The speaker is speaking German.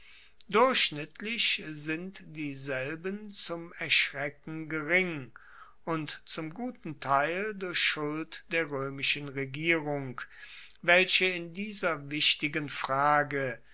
durchschnittlich sind dieselben zum erschrecken gering und zum guten teil durch schuld der roemischen regierung welche in dieser wichtigen frage